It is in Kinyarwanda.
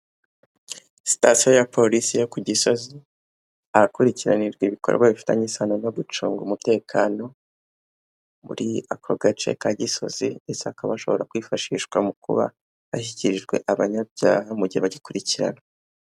Sitasiyo ya polisi yo ku Gisozi, ahakurikiranirwa ibikorwa bifitanye isano no gucunga umutekano muri ako gace ka Gisozi ndetse hakaba hashobora kwifashishwa mu kuba hashyikirijwe abanyabyaha mu gihe bagikurikiranwa.